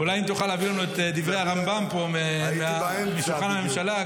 אולי אם תוכל להביא לנו את דברי הרמב"ם משולחן הממשלה,